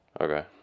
Okay